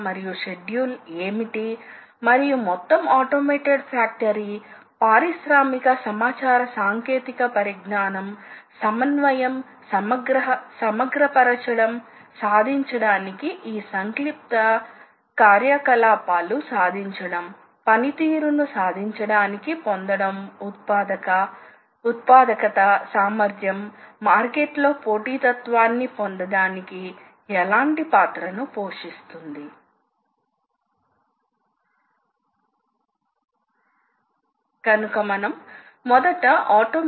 మొదట మనం ఒక మెషినింగ్ ప్రక్రియ ను చూద్దాం మనం సాధారణ లోహ తయారీ గురించి మాట్లాడుతున్నాము అంటే లోహ పదార్థాలు కాబట్టి తప్పనిసరిగా ఇది లోహపు భాగాన్ని తీసుకుని దాని నుండి లోహాన్ని కచ్చితంగా తొలగిస్తోంది తద్వారా మీరు ఒక నిర్దిష్ట జామెట్రిక్ డైమెన్షన్స్ తో ఒక నిర్దిష్ట భాగాన్ని పొందుతారు